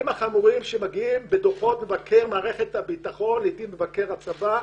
החמורים שמגיעים בדוחות מבקר מערכת הביטחון לעיתים מבקר הצבא